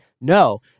no